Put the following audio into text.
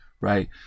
right